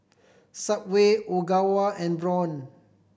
Subway Ogawa and Braun